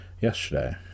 yesterday